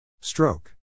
Stroke